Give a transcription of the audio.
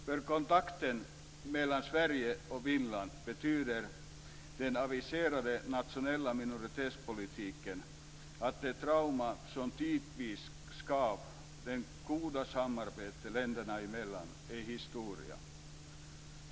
För kontakter mellan Sverige och Finland betyder den aviserade nationella minoritetspolitiken att det trauma som tidvis skavt det goda samarbetet länderna emellan är historia.